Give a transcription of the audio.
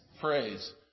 phrase